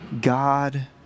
God